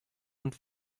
und